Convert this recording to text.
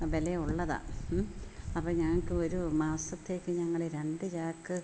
വില ഉള്ളതാണ് അപ്പം ഞങ്ങൾക്ക് ഒരു മാസത്തേക്ക് ഞങ്ങൾ രണ്ട് ചാക്ക്